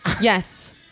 Yes